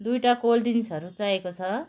दुईवटा कोल्ड ड्रिङ्क्सहरू चाहिएको छ